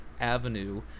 avenue